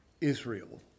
Israel